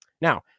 Now